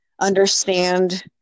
understand